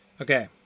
Okay